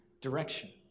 direction